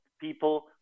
people